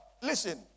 listen